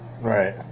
Right